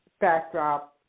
backdrop